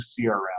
CRM